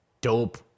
dope